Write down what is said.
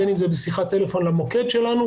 בין אם זה בשיחת טלפון למוקד שלנו